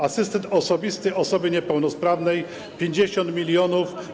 Asystent osobisty osoby niepełnosprawnej” - 50 mln.